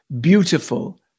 beautiful